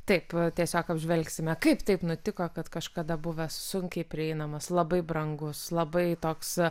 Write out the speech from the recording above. taip tiesiog apžvelgsime kaip taip nutiko kad kažkada buvęs sunkiai prieinamas labai brangus labai toks